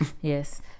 Yes